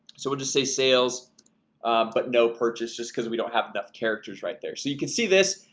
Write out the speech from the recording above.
so we'll just say sales but no purchase just because we don't have enough characters right there. so you can see this.